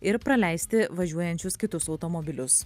ir praleisti važiuojančius kitus automobilius